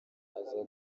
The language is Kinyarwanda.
aza